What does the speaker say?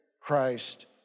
Christ